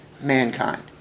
mankind